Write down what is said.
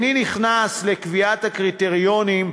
איני נכנס לקביעת הקריטריונים,